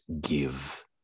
give